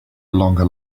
longer